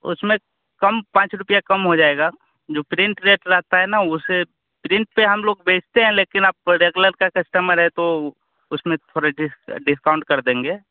उसमे कम पाँच रुपया कम हो जाएगा जो प्रिन्ट रेट रहता है न उससे प्रिन्ट तो हम लोग बेचते हैं लेकिन आप रेगुलर का कस्टमर हैं तो उसमें थोड़े डिस डिस्काउन्ट कर देंगे